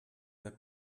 their